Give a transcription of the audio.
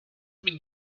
been